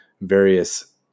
various